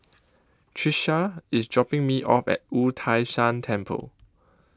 Trisha IS dropping Me off At Wu Tai Shan Temple